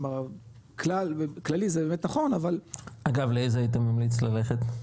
כלומר כללי זה באמת נכון אבל -- אגב לאיזה היית ממליץ ללכת?